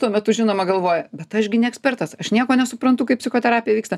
tuo metu žinoma galvoji bet aš gi ne ekspertas aš nieko nesuprantu kaip psichoterapija vyksta